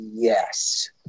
Yes